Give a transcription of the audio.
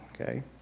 Okay